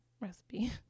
recipe